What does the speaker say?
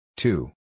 Two